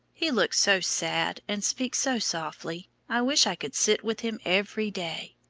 he looks so sad, and speaks so softly. i wish i could sit with him every day.